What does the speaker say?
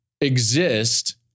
exist